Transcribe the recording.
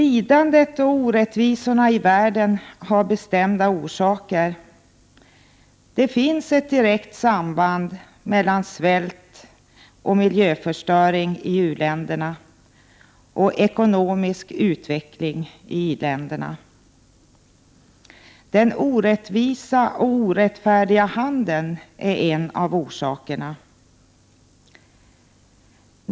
Lidandet och orättvisorna i världen har bestämda orsaker. Det 59 finns ett direkt samband mellan svält och miljöförstöring i u-länderna och ekonomisk utveckling i i-länderna. Den orättvisa och orättfärdiga handeln är en avorsakerna.